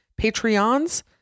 Patreons